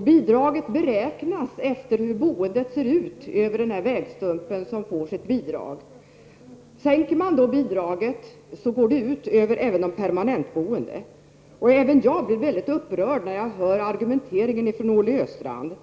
Bidraget räknas efter hur boendet ser ut utmed den vägstump som får bidrag. Sänker man bidraget går det ut även över de permanent boende. Även jag blir mycket upprörd när jag hör Olle Östrands argument.